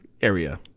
area